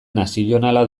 nazionala